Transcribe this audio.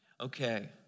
Okay